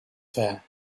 fare